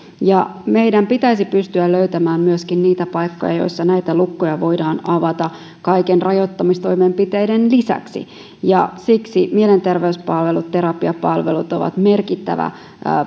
ja meidän pitäisi pystyä löytämään myöskin niitä paikkoja joissa näitä lukkoja voidaan avata kaikkien rajoittamistoimenpiteiden lisäksi ja siksi mielenterveyspalvelut ja terapiapalvelut ovat merkittävä